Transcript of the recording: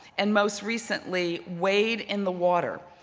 and most recently wade in the water,